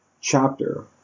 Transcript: chapter